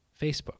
Facebook